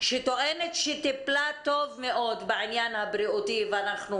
שטוענת שטיפלה טוב מאוד בעניין הבריאותי ואנחנו